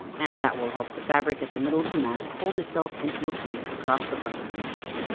and that will help the fabric at the middle of the mask fold itself into a pleat across the front of the mask.